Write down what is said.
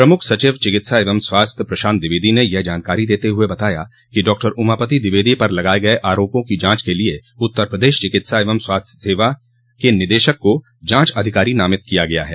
प्रमुख सचिव चिकित्सा एवं स्वास्थ्य प्रशान्त द्विवेदी ने यह जानकारी देते हये बताया कि डॉ उमापति द्विवेदी पर लगाये गये आरोपों की जांच के लिये उत्तर प्रदेश चिकित्सा एवं स्वास्थ्य सेवाएं के निदेशक को जांच अधिकारी नामित किया गया है